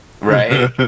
Right